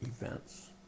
events